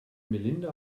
melinda